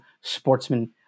sportsman